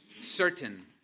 certain